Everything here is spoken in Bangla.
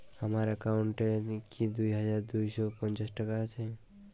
আমার অ্যাকাউন্ট এ কি দুই হাজার দুই শ পঞ্চাশ টাকা আছে?